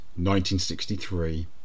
1963